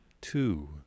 two